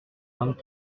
vingt